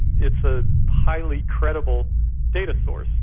it's a highly credible data source.